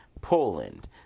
Poland